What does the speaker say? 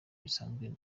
bisanzwe